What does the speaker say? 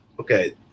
okay